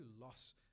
loss